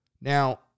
Now